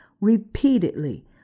repeatedly